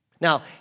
Now